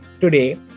Today